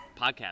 podcast